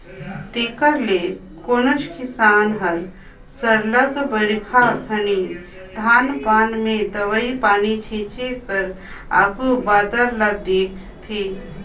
तेकर ले कोनोच किसान हर सरलग बरिखा घनी धान पान में दवई पानी छींचे कर आघु बादर ल देखथे